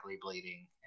bleeding